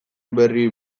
berri